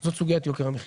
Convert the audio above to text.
זו סוגיית יוקר המחיה.